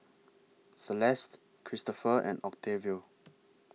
Celeste Kristofer and Octavio